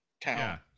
town